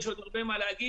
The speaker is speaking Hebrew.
יש עוד הרבה מה להגיד,